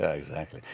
ah exactly.